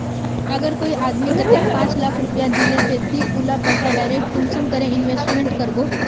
अगर कोई आदमी कतेक पाँच लाख रुपया दिले ते ती उला पैसा डायरक कुंसम करे इन्वेस्टमेंट करबो?